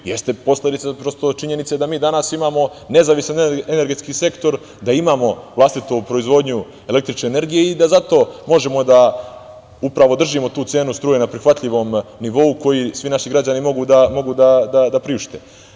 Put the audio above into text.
Jeste posledica činjenice da mi danas imamo nezavistan energetski sektor, da imamo vlastitu proizvodnju električne energije i da zato upravo možemo da držimo tu cenu struje na prihvatljivom nivou, koji svi naši građani mogu da priušte.